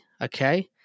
okay